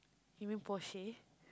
you mean Porsche